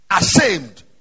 ashamed